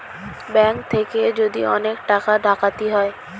bank থেকে যদি অনেক টাকা ডাকাতি হয়